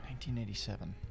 1987